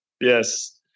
Yes